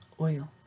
oil